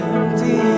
Empty